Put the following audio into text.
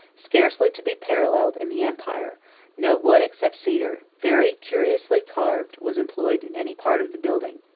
scarcely to be paralleled in the empire no wood except cedar, very curiously carved, was employed in any part of the building.